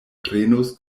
prenos